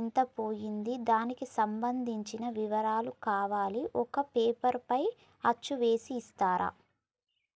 ఎంత పోయింది దానికి సంబంధించిన వివరాలు కావాలి ఒక పేపర్ పైన అచ్చు చేసి ఇస్తరా?